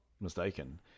mistaken